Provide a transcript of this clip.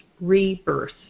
rebirth